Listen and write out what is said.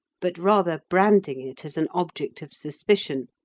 but rather branding it as an object of suspicion,